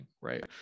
right